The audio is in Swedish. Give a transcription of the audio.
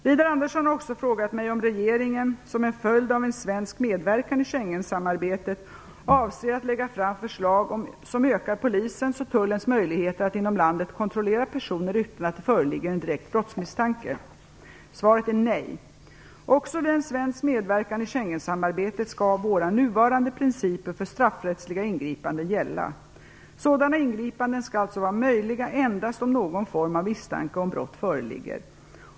Widar Andersson har frågat mig om regeringen - som en följd av en svensk medverkan i Schengensamarbetet - avser att lägga fram förslag som ökar polisens och tullens möjligheter att inom landet kontrollera personer utan att det föreligger en direkt brottsmisstanke. Svaret är nej. Också vid en svensk medverkan i Schengensamarbetet skall våra nuvarande principer för straffrättsliga ingripanden gälla. Sådana ingripanden skall alltså vara möjliga endast om någon form av misstanke om brott föreligger.